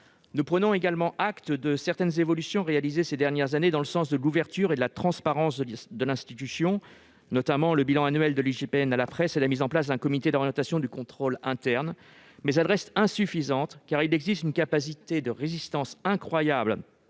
Nous prenons également acte de certaines évolutions réalisées ces dernières années dans le sens de l'ouverture et de la transparence de l'institution- je pense notamment au bilan annuel de l'IGPN présenté à la presse et à la mise en place d'un comité d'orientation du contrôle interne -, mais elles restent insuffisantes, car votre ministère a une capacité de résistance incroyable